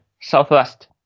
Southwest